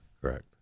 Correct